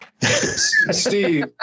Steve